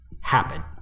happen